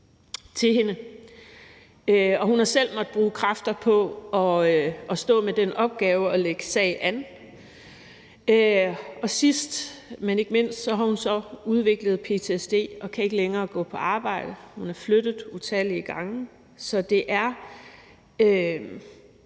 Hun har selv måttet bruge kræfter på at stå med den opgave at lægge sag an. Og sidst, men ikke mindst, har hun udviklet ptsd og kan ikke længere gå på arbejde. Hun er flyttet utallige gange.